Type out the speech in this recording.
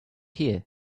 here